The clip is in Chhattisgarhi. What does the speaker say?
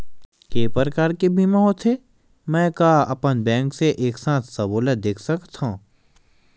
के प्रकार के बीमा होथे मै का अपन बैंक से एक साथ सबो ला देख सकथन?